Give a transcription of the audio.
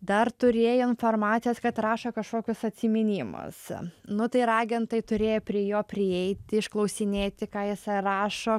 dar turėjo informacijos kad rašo kažkokius atsiminimus nu tai ir agentai turėjo prie jo prieit išklausinėti ką jisai rašo